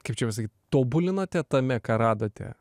kaip čia pasakyt tobulinote tame ką radote